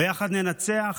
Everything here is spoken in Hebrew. "ביחד ננצח",